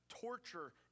torture